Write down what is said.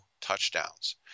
touchdowns